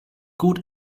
gut